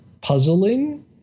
puzzling